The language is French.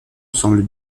semble